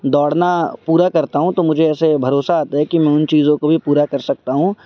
دوڑنا پورا کرتا ہوں تو مجھے ایسے بھروسہ آتا ہے کہ میں ان چیزوں کو بھی پورا کر سکتا ہوں